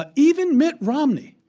but even mitt romney.